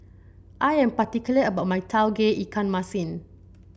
I am particular about my Tauge Ikan Masin